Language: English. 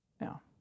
now